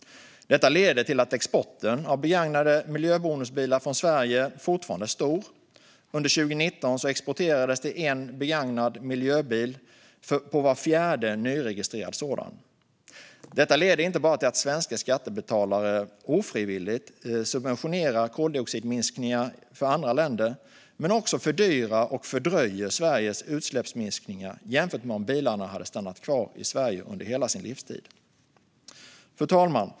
Detta leder till att exporten av begagnade miljöbonusbilar från Sverige fortfarande är stor. Under 2019 exporterades en begagnad miljöbil på var fjärde nyregistrerad sådan. Detta leder inte bara till att svenska skattebetalare ofrivilligt subventionerar koldioxidminskningar för andra länder utan också till att man fördyrar och fördröjer Sveriges utsläppsminskningar jämfört med om bilarna hade stannat kvar i Sverige under hela sin livstid.